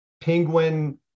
Penguin